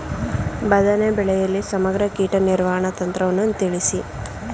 ಬದನೆ ಬೆಳೆಯಲ್ಲಿ ಸಮಗ್ರ ಕೀಟ ನಿರ್ವಹಣಾ ತಂತ್ರವನ್ನು ತಿಳಿಸಿ?